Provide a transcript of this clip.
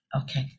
Okay